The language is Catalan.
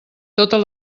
totes